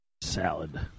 Salad